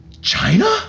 China